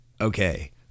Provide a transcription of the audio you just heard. okay